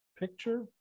Picture